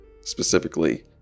specifically